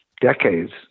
Decades